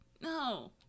no